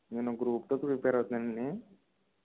నేను గ్రూప్ టూకి ప్రిపేర్ అవుతున్నానండి